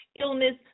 illness